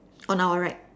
on our right